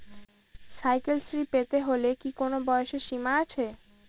Cycle Shri পেতে হলে কি কোনো বয়সের সীমা আছে?